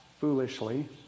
foolishly